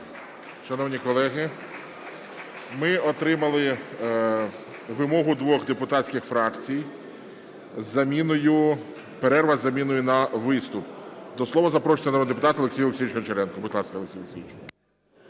Шановні колеги, ми отримали вимогу двох депутатських фракцій перерви із заміною на виступ. До слова запрошується народний депутат Олексій Олексійович Гончаренко.